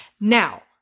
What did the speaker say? Now